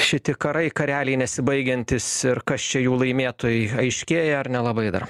šiti karai kareliai nesibaigiantys ir kas čia jų laimėtojai aiškėja ar nelabai dar